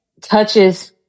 touches